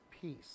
peace